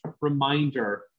reminder